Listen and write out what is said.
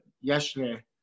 yesterday